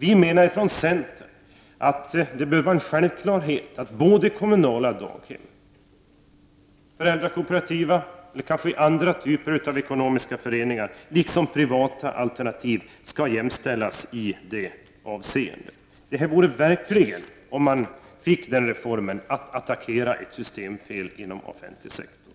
Vi från centern menar att det borde vara en självklarhet att kommunala daghem, föräldrakooperativa eller drivna av andra former av ekonomiska föreningar, och privata alternativ skall jämställas i detta avseende. En sådan reform vore verkligen att attackera ett systemfel inom offentlig sektor.